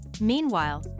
Meanwhile